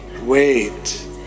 wait